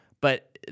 But-